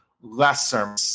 lesser